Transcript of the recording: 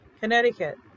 Connecticut